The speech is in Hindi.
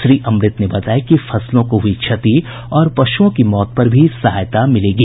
श्री अमृत ने बताया कि फसलों को हुई क्षति और पशुओं की मौत पर भी सहायता मिलेगी